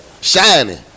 Shining